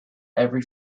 every